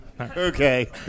Okay